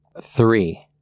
Three